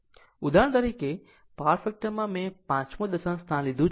ઉદાહરણ તરીકે પાવર ફેક્ટરમાં મેં પાંચમું દશાંશ સ્થાન લીધું છે